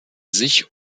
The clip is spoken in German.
sich